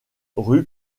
rue